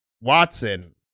Watson